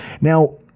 Now